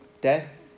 Death